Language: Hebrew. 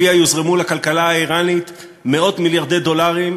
שלכלכלה האיראנית יוזרמו מאות-מיליארדי דולרים,